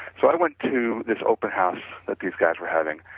so, i went to this open house that these guys were having,